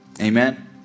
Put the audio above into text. Amen